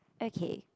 okay